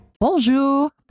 Bonjour